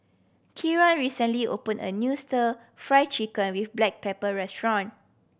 Kieran recently opened a new Stir Fry Chicken with black pepper restaurant